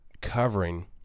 covering